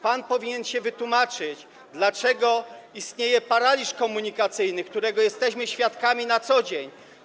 Pan powinien się wytłumaczyć, dlaczego istnieje paraliż komunikacyjny, którego jesteśmy świadkami na co dzień.